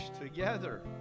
together